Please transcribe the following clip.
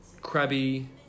crabby